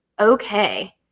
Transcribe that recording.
okay